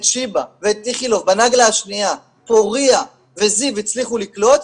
שיבא ואת איכילוב בנגלה השנייה פורייה וזיו הצליחו לקלוט,